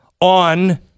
on